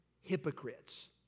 hypocrites